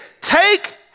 take